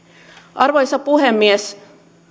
arvoisa puhemies